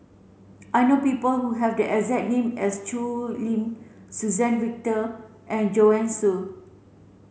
I know people who have the exact name as Choo Lim Suzann Victor and Joanne Soo